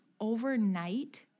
overnight